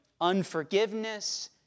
unforgiveness